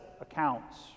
accounts